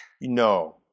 No